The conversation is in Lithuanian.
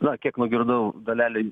na kiek nugirdau dalelei